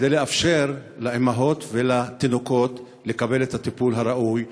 כדי לאפשר לאימהות ולתינוקות לקבל את הטיפול הראוי?